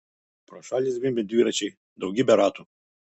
pro šalį zvimbė dviračiai daugybė ratų